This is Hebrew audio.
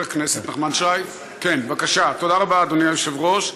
תודה רבה, אדוני היושב-ראש.